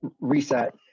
reset